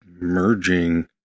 merging